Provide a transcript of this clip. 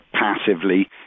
passively